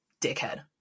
dickhead